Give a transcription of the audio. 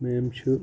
میم چھِ